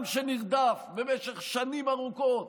עם שנרדף במשך שנים ארוכות